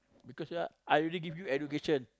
because ya I already give you education